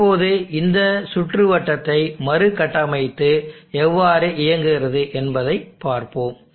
இப்போது இந்த சுற்று வட்டத்தை மறுகட்டமைத்து எவ்வாறு இயங்குகிறது என்பதைப் பார்ப்போம்